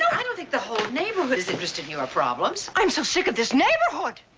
i don't think the whole neighborhood is interested in your problems. i'm so sick of this neighborhood.